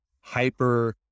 hyper